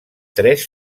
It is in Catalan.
tres